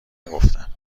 نگفتم